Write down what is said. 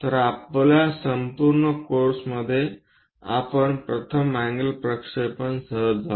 तर आपल्या संपूर्ण कोर्समध्ये आपण प्रथम अँगल प्रक्षेपण सह जाऊ